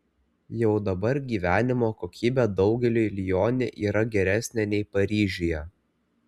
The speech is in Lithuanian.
jau dabar gyvenimo kokybė daugeliui lione yra geresnė nei paryžiuje